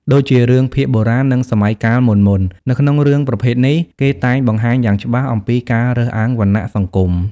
ដូចជា រឿងភាគបុរាណ និងសម័យកាលមុនៗ នៅក្នុងរឿងប្រភេទនេះ គេតែងបង្ហាញយ៉ាងច្បាស់អំពីការរើសអើងវណ្ណៈសង្គម។